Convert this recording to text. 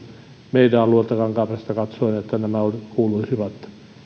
meidän alueelta kankaanpäästä katsoen että nämä kuuluisivat